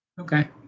Okay